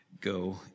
go